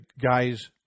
guys